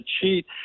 cheat